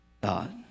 God